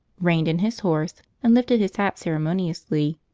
reined in his horse, and lifted his hat ceremoniously.